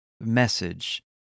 message